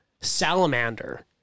salamander